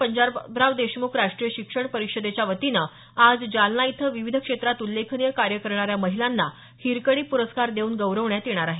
पंजाबराव देशमुख राष्ट्रीय शिक्षण परिषदेच्या वतीनं आज जालना इथं विविध क्षेत्रात उल्लेखनीय कार्य करणाऱ्या महिलांना हिरकणी पुरस्कार देऊन गौरवण्यात येणार आहे